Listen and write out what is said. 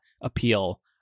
appeal